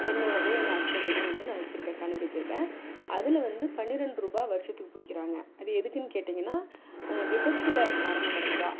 என்னோடுதும் எங்கள் ஹஸ்பண்ட்தும் வந்து நான் வச்சுருக்கேன் கணக்கு வச்சுருக்கேன் அதில் வந்து பன்னிரெண்டு ரூபாய் வருஷத்துக்கு பிடிக்கிறாங்க அது எதுக்கென்னு கேட்டீங்கன்னால் விபத்தில் மரணம் அடைஞ்சால்